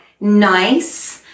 nice